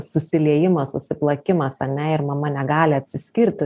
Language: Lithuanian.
susiliejimas susiplakimas ane ir mama negali atsiskirti